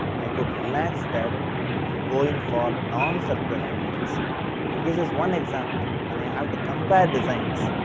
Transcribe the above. i could relax that and going for non circular fillets and this is one example, when i have to compare designs